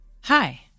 Hi